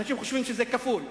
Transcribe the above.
אנשים חושבים שזה כפול.